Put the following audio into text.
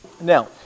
Now